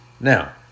Now